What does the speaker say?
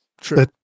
True